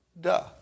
Duh